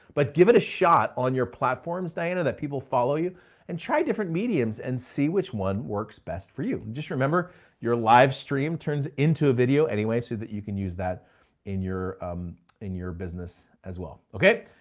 but give it a shot on your platforms, diana, that people follow you and try different mediums and see which one works best for you. just remember your live stream turns into a video anyway so that you can use that in your um in your business as well. okay,